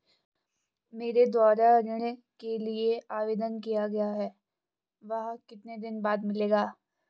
मेरे द्वारा ऋण के लिए आवेदन किया गया है वह कितने दिन बाद मिलेगा?